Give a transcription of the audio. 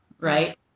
Right